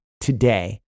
today